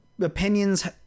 opinions